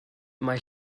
mai